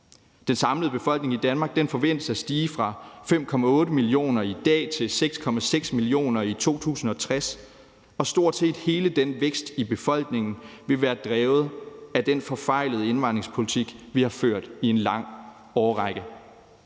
Den samlede befolkning i Danmark forventes at stige fra 5,8 millioner i dag til 6,6 millioner i 2060, og stort set hele den vækst i befolkningen vil været drevet af den forfejlede indvandringspolitik, vi har ført i en lang årrække.